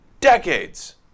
decades